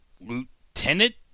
Lieutenant